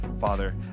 father